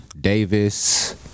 Davis